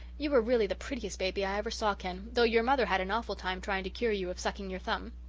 you were really the prettiest baby i ever saw, ken, though your mother had an awful time trying to cure you of sucking your thumb.